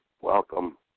welcome